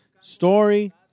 story